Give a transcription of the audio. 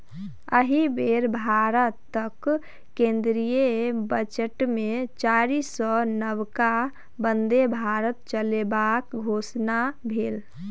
एहि बेर भारतक केंद्रीय बजटमे चारिसौ नबका बन्दे भारत चलेबाक घोषणा भेल